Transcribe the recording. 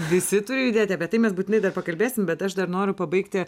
visi turi judėti apie tai mes būtinai dar pakalbėsim bet aš dar noriu pabaigti